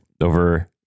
over